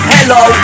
Hello